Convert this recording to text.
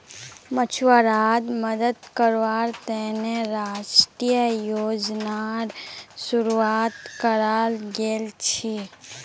मछुवाराड मदद कावार तने राष्ट्रीय योजनार शुरुआत कराल गेल छीले